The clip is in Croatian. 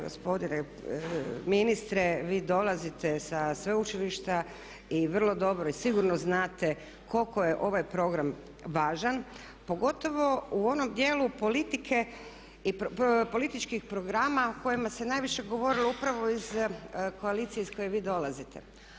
Gospodine ministre vi dolazite sa sveučilišta i vrlo dobro i sigurno znate koliko je ovaj program važan, pogotovo u onom dijelu političkih programa o kojima se najviše govorilo upravo iz koalicije iz koje vi dolazite.